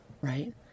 right